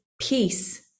peace